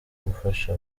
gufasha